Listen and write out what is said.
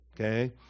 Okay